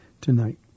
tonight